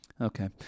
Okay